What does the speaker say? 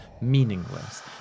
meaningless